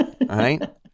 right